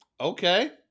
Okay